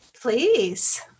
Please